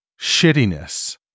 shittiness